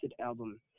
album